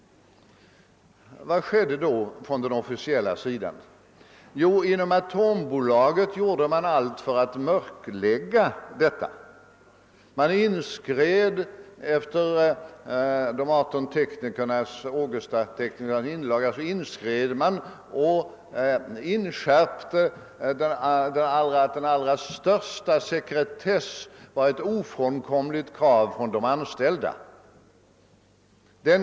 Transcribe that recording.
Vad skedde då från den officiella sidan? Jo, inom Atombolaget gjorde man allt för att mörklägga detta. Efter de 18 Ågestateknikernas inlaga inskred man och inskärpte att den allra största sekretess var ett ofrånkomligt krav på de anställda.